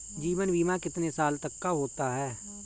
जीवन बीमा कितने साल तक का होता है?